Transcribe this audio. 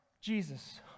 Jesus